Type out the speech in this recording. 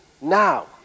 now